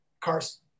Carson